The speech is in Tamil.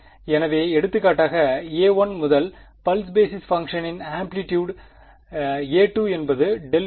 எனவே எடுத்துக்காட்டாக a1 முதல் பல்ஸ் பேஸிஸ் பங்க்ஷனின் ஆம்ப்ளிடியூட் a2 என்பது ∇ϕ